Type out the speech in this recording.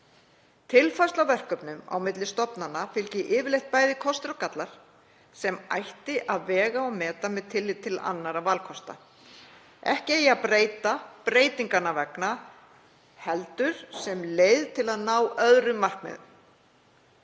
Tilfærslu á verkefnum á milli stofnana fylgi yfirleitt bæði kostir og gallar sem ætti að vega og meta með tilliti til annarra valkosta. Ekki eigi að breyta breytinganna vegna heldur sem leið til að ná öðrum markmiðum.